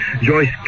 Joyce